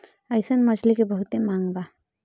अइसन मछली के बहुते मांग बा